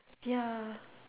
ya